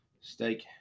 steak